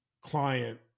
client